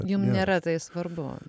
jum nėra tai svarbu